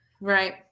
right